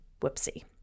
whoopsie